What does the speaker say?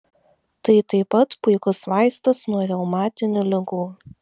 tai taip pat puikus vaistas nuo reumatinių ligų